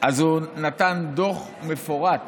הוא נתן דוח מפורט